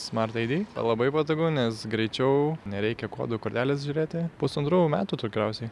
smart id labai patogu nes greičiau nereikia kodų kortelės žiūrėti pusantrų metų tikriausiai